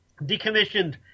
decommissioned